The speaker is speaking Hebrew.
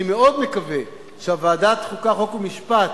אני מאוד מקווה שוועדת החוקה, חוק ומשפט